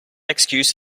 excuse